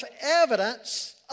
evidence